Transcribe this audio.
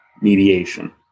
mediation